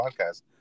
podcast